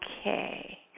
okay